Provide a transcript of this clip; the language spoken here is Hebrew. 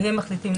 והם מחליטים.